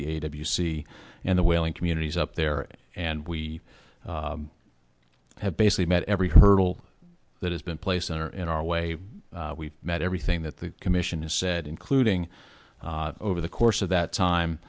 the eight of you see and the whaling communities up there and we have basically met every hurdle that has been placed on our in our way we've met everything that the commission has said including over the course of that time